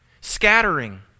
scattering